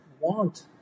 want